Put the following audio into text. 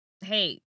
hey